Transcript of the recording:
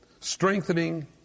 Strengthening